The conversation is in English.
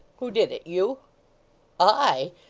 who did it? you i!